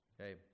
Okay